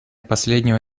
последнего